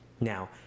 Now